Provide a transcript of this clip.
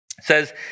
Says